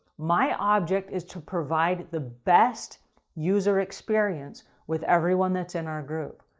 my object is to provide the best user experience with everyone that's in our group.